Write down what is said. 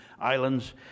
Islands